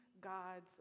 God's